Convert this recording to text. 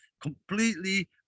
completely